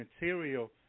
material